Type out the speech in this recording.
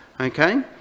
Okay